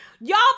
Y'all